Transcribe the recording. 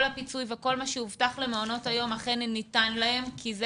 הפיצוי וכל מה שהובטח למעונות היום אכן ניתן להם כי זה